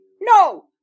No